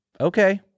okay